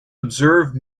observe